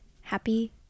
happy